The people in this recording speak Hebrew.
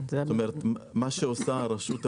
מה שעושה הרשות הלאומית,